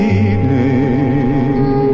evening